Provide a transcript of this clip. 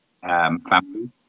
family